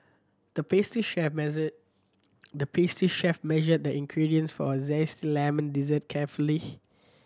the pastry chef measured the pastry chef measured the ingredients for a zesty lemon dessert carefully